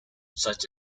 such